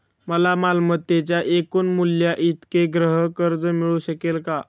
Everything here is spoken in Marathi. मला मालमत्तेच्या एकूण मूल्याइतके गृहकर्ज मिळू शकेल का?